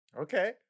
okay